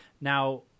Now